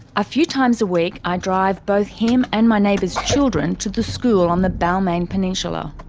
ah few times a week i drive both him and my neighbours' children to the school on the balmain peninsula.